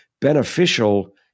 beneficial